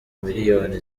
miliyoni